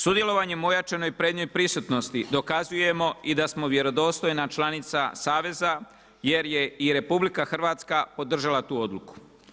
Sudjelovanjem u ojačanoj prednjoj prisutnosti dokazujemo i da smo vjerodostojna članica saveza, jer je i RH podržala tu odluku.